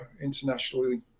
internationally